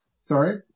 Sorry